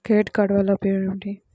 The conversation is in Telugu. క్రెడిట్ కార్డ్ వల్ల ఉపయోగం ఏమిటీ?